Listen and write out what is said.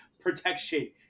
protection